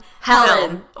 Helen